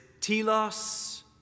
telos